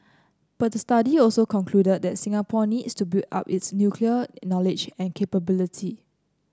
but the study also concluded that Singapore needs to build up its nuclear knowledge and capability